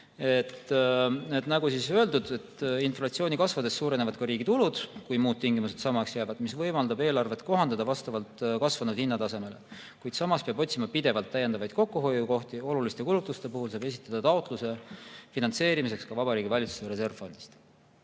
Nagu öeldud, inflatsiooni kasvades suurenevad ka riigi tulud, kui muud tingimused jäävad samaks, mis võimaldab eelarvet kohandada vastavalt kasvanud hinnatasemele. Samas peab otsima pidevalt täiendavaid kokkuhoiukohti. Oluliste kulutuste puhul saab esitada ka taotluse finantseerimiseks Vabariigi Valitsuse reservfondist.